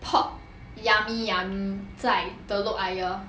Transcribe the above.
Pot Yummy Yummy 在 telok ayer